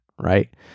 right